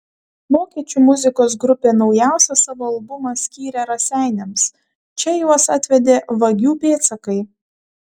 vokiečių muzikos grupė naujausią savo albumą skyrė raseiniams čia juos atvedė vagių pėdsakai